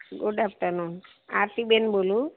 good afternoon Aartiben બોલું